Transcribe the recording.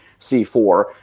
C4